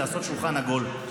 לעשות שולחן עגול,